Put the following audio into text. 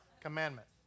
commandment